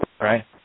right